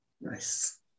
nice